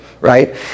right